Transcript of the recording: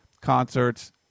concerts